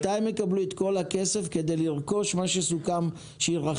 מתי הם יקבלו את כל הכסף כדי לרכוש מה שסוכם שיירכש?